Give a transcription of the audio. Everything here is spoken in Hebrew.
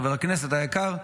חבר הכנסת היקר,